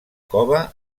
cova